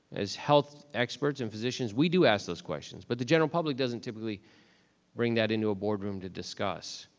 as health experts and physicians, we do ask those questions, but the general public doesn't typically bring that into a boardroom to discuss.